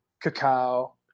cacao